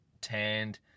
tanned